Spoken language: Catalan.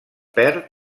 perd